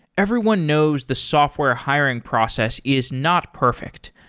everyone knows the software hiring process is not perfect.